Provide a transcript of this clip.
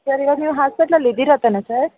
sir ಇವಾಗ ನೀವು ಹಾಸ್ಪಿಟ್ಲಲ್ಲಿ ಇದ್ದೀರ ತಾನೆ ಸರ್